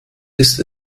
ist